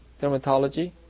dermatology